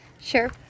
Sure